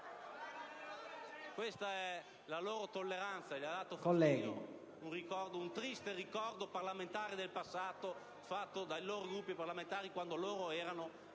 Colleghi,